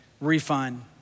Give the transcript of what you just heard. Refund